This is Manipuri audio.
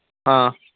ꯑꯥ